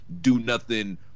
do-nothing